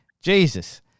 Jesus